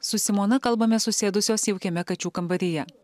su simona kalbamės susėdusios jaukiame kačių kambaryje